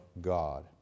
God